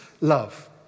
love